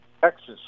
Texas